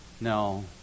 no